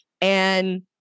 And-